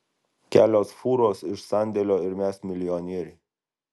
kelios fūros iš sandėlio ir mes milijonieriai